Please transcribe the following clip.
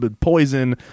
poison